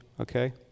okay